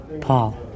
Paul